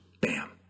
bam